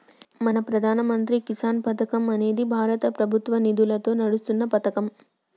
మన ప్రధాన మంత్రి కిసాన్ పథకం అనేది భారత ప్రభుత్వ నిధులతో నడుస్తున్న పతకం